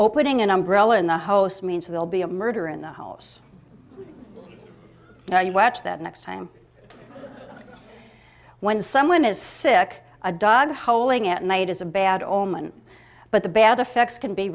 opening an umbrella in the host means they'll be a murderer in the house now you watch that next time when someone is sick a dog holing at night is a bad omen but the bad effects can be